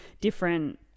different